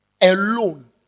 Alone